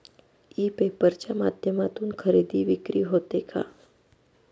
E paper च्या माध्यमातून खरेदी विक्री होते का?